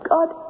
God